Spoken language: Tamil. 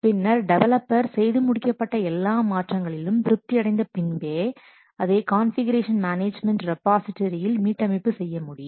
பின்னர் டெவலப்பர் செய்து முடிக்கப்பட்ட எல்லா மாற்றங்களிலும் திருப்தி அடைந்த பின்பே அதை கான்ஃபிகுரேஷன் மேனேஜ்மென்ட் ரெப்பாஸ்டரி இல் மீட்டமைப்பு செய்யமுடியும்